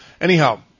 Anyhow